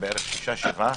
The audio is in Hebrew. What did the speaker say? נוסע.